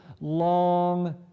long